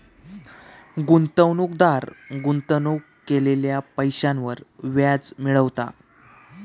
गुंतवणूकदार गुंतवणूक केलेल्या पैशांवर व्याज मिळवता